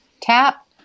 tap